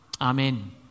Amen